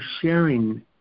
sharing